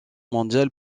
mondiale